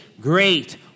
great